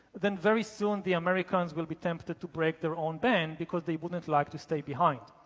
then very soon, the americans will be tempted to break their own ban because they wouldn't like to stay behind.